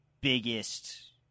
biggest